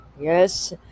Yes